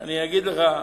אני אגיד לך.